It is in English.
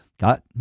got